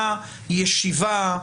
ישיבה,